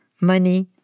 money